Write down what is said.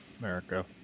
America